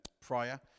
prior